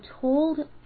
told